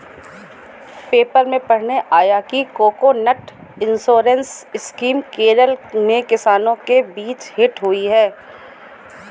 paper में पढ़ने आया कि कोकोनट इंश्योरेंस स्कीम केरल में किसानों के बीच हिट हुई है